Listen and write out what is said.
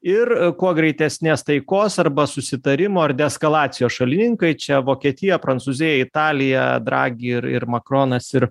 ir kuo greitesnės taikos arba susitarimo ar deeskalacijos šalininkai čia vokietija prancūzija italija dragi ir ir makronas ir